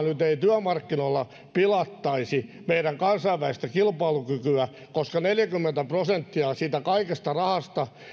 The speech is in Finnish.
nyt ainakaan työmarkkinoilla pilattaisi meidän kansainvälistä kilpailukykyä koska neljäkymmentä prosenttia siitä kaikesta rahasta